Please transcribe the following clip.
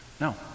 No